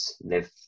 live